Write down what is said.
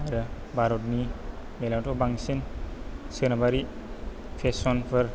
आरो भारतनि बेलायावथ' बांसिन सोनाबारि फेशनफोर